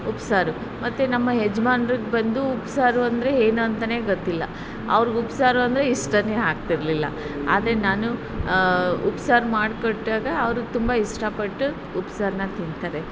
ಉಪ್ಸಾರು ಮತ್ತು ನಮ್ಮ ಯಜ್ಮಾನ್ರಿಗ್ ಬಂದು ಉಪ್ಸಾರು ಅಂದರೆ ಏನು ಅಂತನೇ ಗೊತ್ತಿಲ್ಲ ಅವ್ರಿಗೆ ಉಪ್ಸಾರು ಅಂದರೆ ಇಷ್ಟನೇ ಆಗ್ತಿರಲಿಲ್ಲ ಆದರೆ ನಾನು ಉಪ್ಸಾರು ಮಾಡಿಕೊಟ್ಟಾಗ ಅವರು ತುಂಬ ಇಷ್ಟಪಟ್ಟು ಉಪ್ಸಾರನ್ನ ತಿಂತಾರೆ